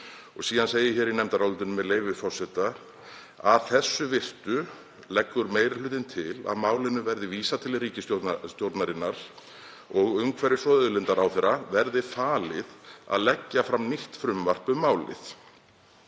Síðan segir í nefndarálitinu, með leyfi forseta: „Að þessu virtu leggur meiri hlutinn til að málinu verði vísað til ríkisstjórnarinnar og umhverfis- og auðlindaráðherra verði falið að leggja fram nýtt frumvarp um málið